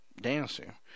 Dancer